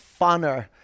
funner